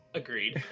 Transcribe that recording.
agreed